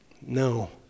No